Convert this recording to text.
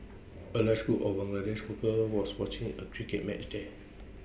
A large group of Bangladeshi workers was watching A cricket match there